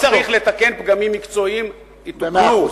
כי אם צריך לתקן פגמים מקצועיים, יתוקנו.